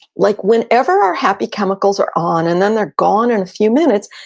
like whenever our happy chemicals are on and then they're gone in a few minutes,